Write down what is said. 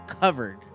covered